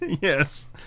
Yes